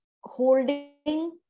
holding